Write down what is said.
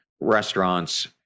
restaurants